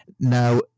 Now